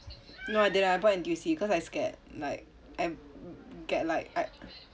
no I didn't I bought N_T_U_C cause I scared like I get like I